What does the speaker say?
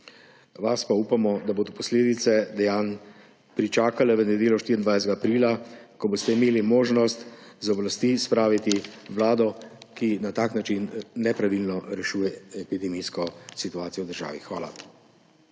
Vas pa, upamo, bodo posledice dejanj pričakale v nedeljo, 24. aprila, ko boste imeli možnost z oblasti spraviti vlado, ki na tak način nepravilno rešuje epidemijsko situacijo v državi. Hvala.